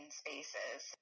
spaces